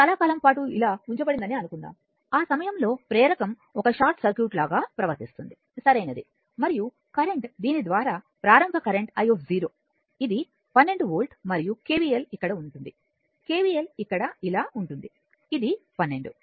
ఇది చాలా కాలం పాటు ఇలా ఉంచబడిందని అనుకుందాం ఆ సమయంలో ప్రేరకం ఒక షార్ట్ సర్క్యూట్ లాగా ప్రవర్తిస్తుంది సరైనది మరియు కరెంట్ దీని ద్వారా ప్రారంభ కరెంట్ i ఇది 12 వోల్ట్ మరియు KVL ఇక్కడ ఉంటుంది KVL ఇక్కడ ఇలా ఉంటుంది ఇది12